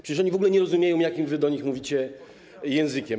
Przecież oni w ogóle nie rozumieją, jakim wy do nich mówicie językiem.